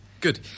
Good